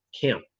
camp